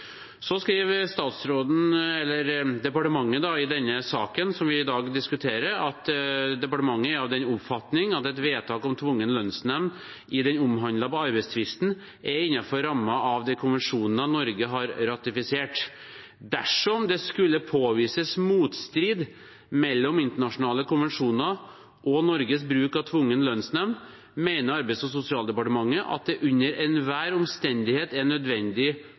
Så skriver departementet i den saken vi i dag diskuterer: «Arbeids- og sosialdepartementet er av den oppfatning at et vedtak om tvungen lønnsnemnd i den omhandlede arbeidstvisten er innenfor rammen av de konvensjoner Norge har ratifisert. Dersom det skulle påvises motstrid mellom internasjonale konvensjoner og Norges bruk av tvungen lønnsnemnd, mener Arbeids- og sosialdepartementet at det under enhver omstendighet er nødvendig